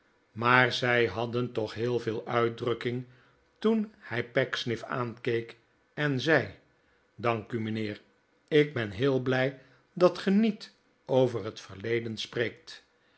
maar zij hadden toch heel veel uitdrukking toen hij pecksniff aankeek en zei dank u mijnheer ik ben heel blij dat ge niet over het verleden spreekt